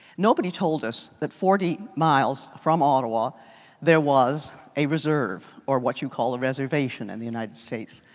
nobody told us that forty miles from ottawa there was a reserve. or what you call a reservation in the united states.